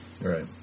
Right